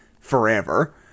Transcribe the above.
forever